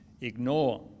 ignore